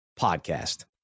Podcast